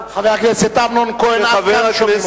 חבר הכנסת אמנון כהן, עד כאן שומעים אותך.